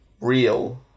real